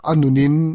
Anunin